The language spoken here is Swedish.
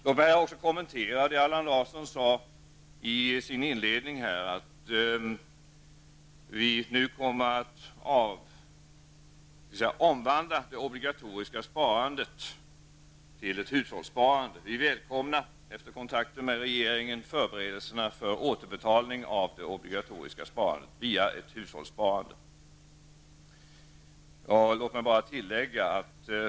Låt mig här kommentera det Allan Larsson sade i sin inledning om att vi nu kommer att omvandla det obligatoriska sparandet till ett hushållssparande. Vi välkomnar, efter kontakter med regeringen, förberedelserna för en återbetalning av det obiligatoriska sparandet via ett hushållssparande.